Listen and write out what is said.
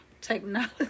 technology